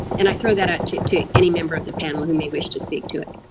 and i throw that out to to any member of the panel who may wish to speak to it.